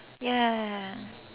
ya